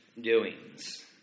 doings